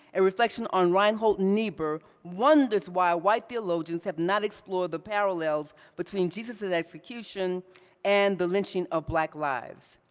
a reflection on reinhold niebuhr, wonders why white theologians have not explored the parallels between jesus's execution and the lynching of black lives.